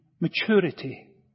maturity